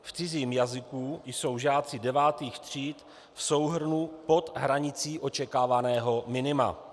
V cizím jazyku jsou žáci devátých tříd v souhrnu pod hranicí očekávaného minima.